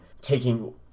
taking